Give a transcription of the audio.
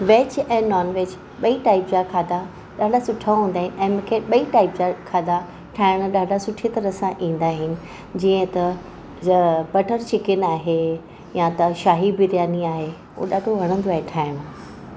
veg ऐं nonveg ॿई type जा खाधा ॾाढा सुठा हूंदा आहिनि ऐं मूंखे ॿई टाइप जा खाधा ठाहिणु ॾाढा सुठी तरह सां ईंदा आहिनि जीअं त जा बटर चिकन आहे या त शाही बिरयानी आहे उहो ॾाढो वणंदो आहे ठाहिणु